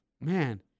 Man